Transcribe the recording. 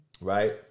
right